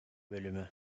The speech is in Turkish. bölümü